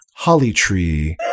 Hollytree